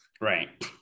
Right